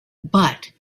but